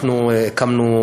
קודם כול,